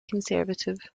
conservative